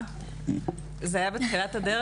זה היה בתחילת הדרך,